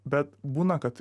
bet būna kad